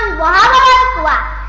ah la la